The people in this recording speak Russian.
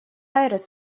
айрес